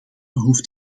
hoeft